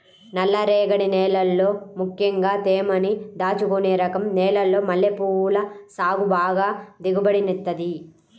నల్లరేగడి నేలల్లో ముక్కెంగా తేమని దాచుకునే రకం నేలల్లో మల్లెపూల సాగు బాగా దిగుబడినిత్తది